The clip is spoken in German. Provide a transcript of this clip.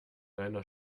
einer